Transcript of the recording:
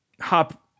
hop